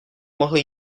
mohli